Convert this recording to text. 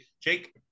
Jake